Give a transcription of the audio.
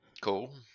Cool